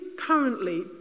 currently